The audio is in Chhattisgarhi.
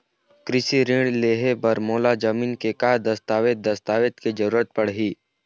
कृषि ऋण लेहे बर मोर जमीन के का दस्तावेज दस्तावेज के जरूरत पड़ही?